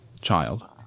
child